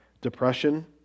depression